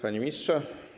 Panie Ministrze!